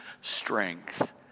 strength